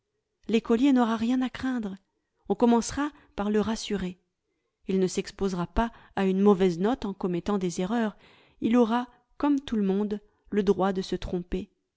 l'écolier n'aura rien à craindre on commencera par le rassurer il ne s'exposera pas à une mauvaise note en commettant des erreurs il aura comme tout le monde le droit de se tromper